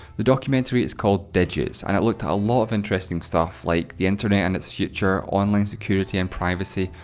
the documentary is called digits and it looked at ah a lot of interesting stuff, like the internet and its future, online security and privacy,